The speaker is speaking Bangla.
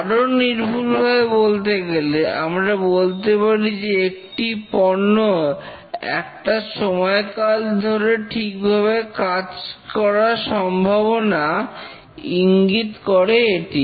আরো নির্ভুলভাবে বলতে গেলে আমরা বলতে পারি যে একটি পণ্য একটা সময়কাল ধরে ঠিকভাবে কাজ করার সম্ভাবনা ইঙ্গিত করে এটি